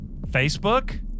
Facebook